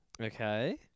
Okay